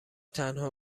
تنها